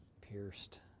pierced